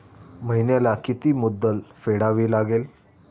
महिन्याला किती मुद्दल फेडावी लागेल?